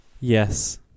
Yes